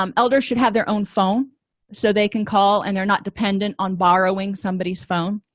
um elders should have their own phone so they can call and they're not dependent on borrowing somebody's phone